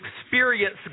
experience